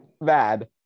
bad